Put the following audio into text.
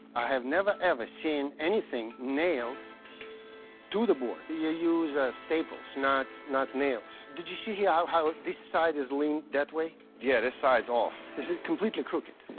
i have never, ever seen anything nailed to the board. you use staples, not not nails. did you see here how how this side is leaning that way? yeah, this side's off. this is completely crooked.